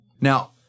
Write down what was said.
Now